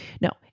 No